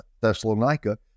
Thessalonica